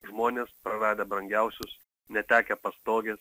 žmonės praradę brangiausius netekę pastogės